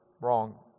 wrong